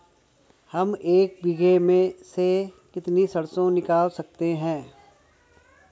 हम एक बीघे में से कितनी सरसों निकाल सकते हैं?